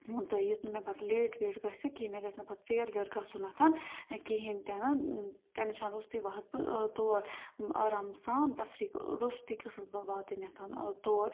ٲں تہٕ یُتھ نہٕ مےٚ پَتہٕ لیٹ ویٹ گَژھہِ کِہیٖنہ مےٚ گژھہِ نہٕ پَتہٕ ژیر ویر گژھُن ٲں کِہیٖنۍ تہِ نہٕ ٲں ٹیٚنشَن رُستُے واتہٕ بہٕ ٲں تور آرام سان تَفریٖق ٲں رُستُے گٔژھٕس بہٕ واتٕنۍ ٲں تور